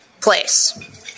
place